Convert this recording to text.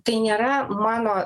tai nėra mano